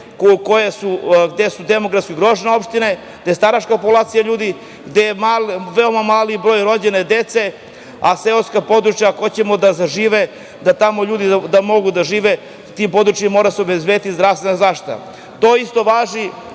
sredine gde su demografski ugrožene opštine, gde je staračka populacija ljudi, gde je veoma mali broj rođene dece, a seoska područja, ako hoćemo da zažive da tamo ljudi mogu da žive, tim područjima mora da se obezbedi zdravstvena zaštita. To isto važi